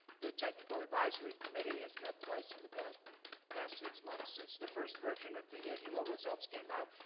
the technical advisory committee has met twice in the past past six months, since the first version of the aohelo results came out.